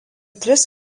tris